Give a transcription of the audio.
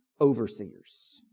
overseers